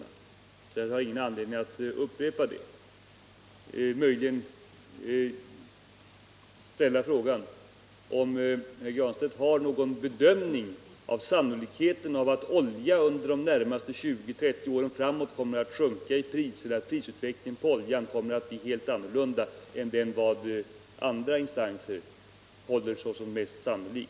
Därför har jag ingen anledning att upprepa det men möjligen att ställa frågan om herr Granstedt har någon egen bedömning av sannolikheten av att oljan under de närmaste 20-30 åren kommer att sjunka i pris eller av att prisutvecklingen på oljan kommer att bli helt annorlunda än vad andra instanser håller för mest sannolik.